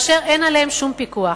ואין עליהן כל פיקוח.